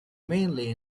mainly